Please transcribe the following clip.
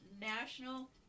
national